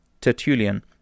Tertullian